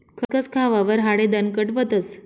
खसखस खावावर हाडे दणकट व्हतस